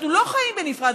אנחנו לא חיים בנפרד.